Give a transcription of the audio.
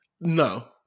No